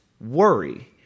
worry